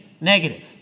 Negative